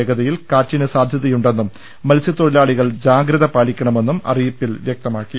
വേഗതയിൽ കാറ്റിന് സാധ്യത യുണ്ടെന്നും മത്സ്യതൊഴിലാളികൾ ജാഗ്രത പാലിക്കണമെന്നും അറിയി പ്പിൽ വ്യക്തമാക്കി